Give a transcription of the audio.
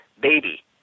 Baby